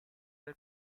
del